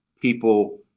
people